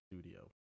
studio